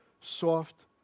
soft